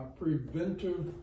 preventive